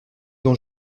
dont